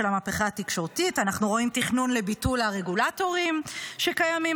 המהפכה התקשורתית: אנחנו רואים תכנון לביטול הרגולטורים שקיימים